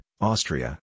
Austria